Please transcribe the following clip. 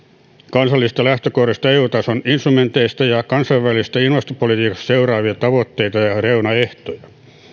kansallisista lähtökohdista eu tason instrumenteista ja ja kansainvälisestä ilmastopolitiikasta seuraavia tavoitteita ja reunaehtoja